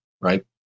Right